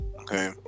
Okay